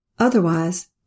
Otherwise